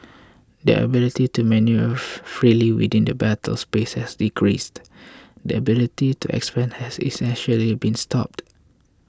their ability to manoeuvre freely within the battle spaces has decreased their ability to expand has essentially been stopped